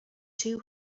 two